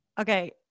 Okay